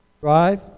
Drive